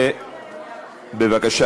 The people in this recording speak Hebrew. ובבקשה,